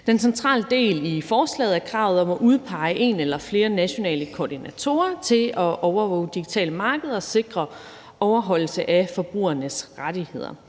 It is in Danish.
Den centrale del i forslaget er kravet om at udpege en eller flere nationale koordinatorer til at overvåge digitale markeder og sikre overholdelse af forbrugernes rettigheder.